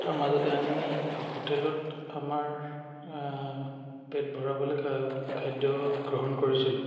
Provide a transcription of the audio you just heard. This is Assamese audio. তাৰ মাজতে আমি হোটেলত আমাৰ পেট ভৰাবলৈ খাদ্য গ্ৰহণ কৰিছিলোঁ